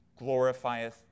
glorifieth